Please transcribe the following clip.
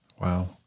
Wow